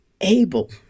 able